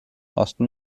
osten